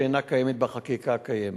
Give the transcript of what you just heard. שאינה קיימת בחקיקה הקיימת,